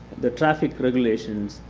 the traffic regulations,